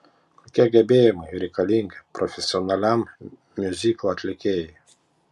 kokie gebėjimai reikalingi profesionaliam miuziklo atlikėjui